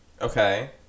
okay